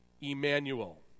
Emmanuel